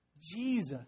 Jesus